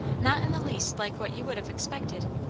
not in the least like what you would have expected.